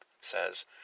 says